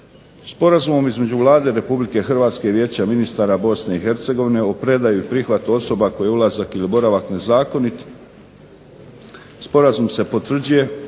Sporazumom između Vlade Republike Hrvatske i Vijeća ministara Bosne i Hercegovine o predaji i prihvatu osoba kojih je ulazak ili boravak nezakonit sporazum se potvrđuje